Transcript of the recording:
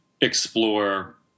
explore